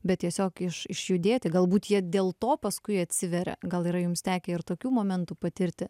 bet tiesiog iš išjudėti galbūt jie dėl to paskui atsiveria gal yra jums tekę ir tokių momentų patirti